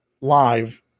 live